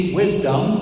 wisdom